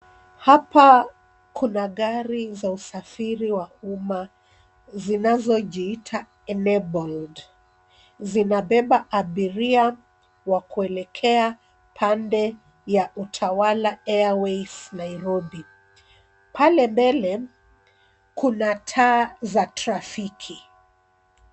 Hapa kuna gari za usafiri wa umma zinazojiita enaabled zinabeba abiria wa kuelekea pande ya utawala airways Nairobi. Pale mbele kuna taa za trafiki.